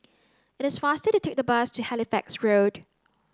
it is faster to take the bus to Halifax Road